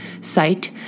site